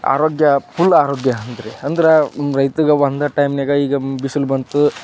ಆರೋಗ್ಯ ಫುಲ್ ಆರೋಗ್ಯ ಅಂದರೆ ಅಂದ್ರೆ ರೈತಗೆ ಒಂದು ಟೈಮ್ನ್ಯಾಗ ಈಗ ಬಿಸ್ಲು ಬಂತು